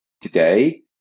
today